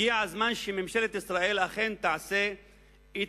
הגיע הזמן שממשלת ישראל אכן תעשה את